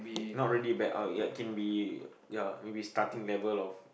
not really back out ya can be ya maybe starting level of